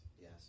Yes